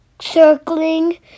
circling